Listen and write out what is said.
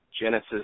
Genesis